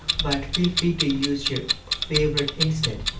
but feel free to use your favourite instead.